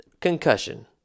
Concussion